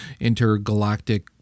intergalactic